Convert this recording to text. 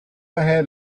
ahead